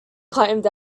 climbed